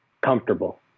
Comfortable